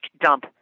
dump